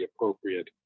appropriate